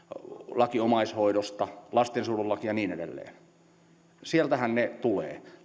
laki omaishoidosta lastensuojelulaki lait potilaan ja asiakkaan asemasta ja oikeuksista ja niin edelleen sieltähän se tulee